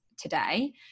today